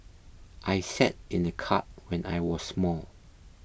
I sat in a cart when I was small